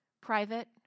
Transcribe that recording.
Private